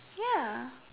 ya